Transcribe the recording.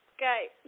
Okay